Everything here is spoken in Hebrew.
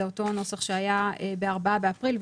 זה אותו נוסח שהיה בארבעה באפריל,